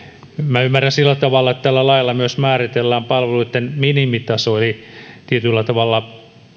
minä ymmärrän sillä tavalla että tällä lailla myös määritellään palveluitten minimitaso eli kaikille tietyllä tavalla